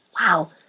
Wow